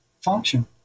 function